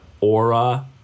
aura